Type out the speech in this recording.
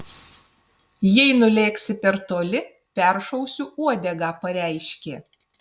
jei nulėksi per toli peršausiu uodegą pareiškė